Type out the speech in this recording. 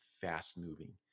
fast-moving